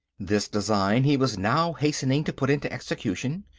this design he was now hastening to put into execution.